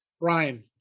Brian